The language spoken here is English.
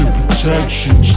protection